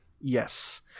yes